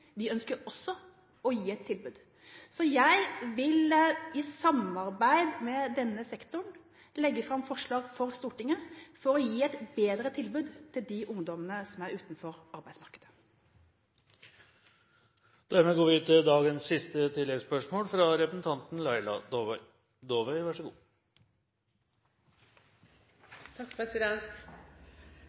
ønsker også å gi et tilbud. Så jeg vil, i samarbeid med denne sektoren, legge fram forslag for Stortinget for å gi et bedre tilbud til de ungdommene som er utenfor arbeidsmarkedet. Laila Dåvøy – til dagens siste